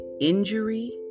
Injury